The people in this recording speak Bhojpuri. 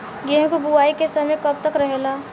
गेहूँ के बुवाई के समय कब तक रहेला?